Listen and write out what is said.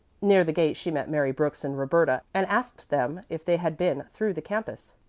near the gate she met mary brooks and roberta and asked them if they had been through the campus.